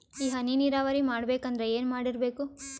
ಈ ಹನಿ ನೀರಾವರಿ ಮಾಡಬೇಕು ಅಂದ್ರ ಏನ್ ಮಾಡಿರಬೇಕು?